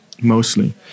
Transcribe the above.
mostly